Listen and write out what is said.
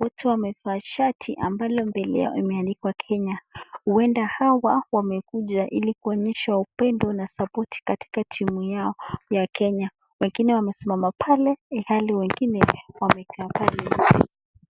Wote wamevaa shati ambalo mbele yao imeandikwa Kenya. Huenda hawa wamekuja ili kuonyesha upendo na sapoti katika timu yao ya Kenya lakini wamesimama pale ilihali wengine wamekaa pale.